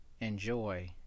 enjoy